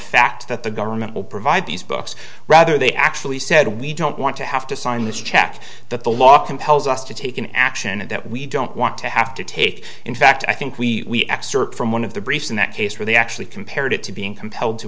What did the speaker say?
fact that the government will provide these books rather they actually said we don't want to have to sign this check that the law compels us to take an action and that we don't want to have to take in fact i think we from one of the briefs in that case where they actually compared it to being compelled to